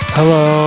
Hello